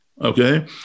okay